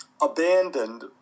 abandoned